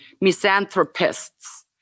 misanthropists